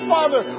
Father